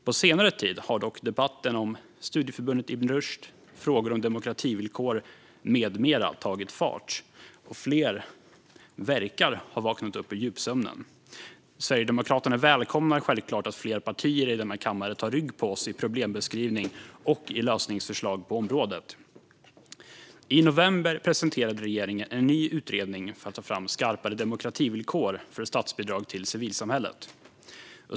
På senare tid har dock debatten om studieförbundet Ibn Rushd, frågor om demokrativillkor med mera tagit fart. Flera verkar ha vaknat upp ur sin djupsömn. Sverigedemokraterna välkomnar självklart att fler partier i denna kammare tar rygg på oss i problembeskrivning och lösningsförslag på området. I november presenterade regeringen en ny utredning som ska ta fram skarpare demokrativillkor för statsbidrag till civilsamhället.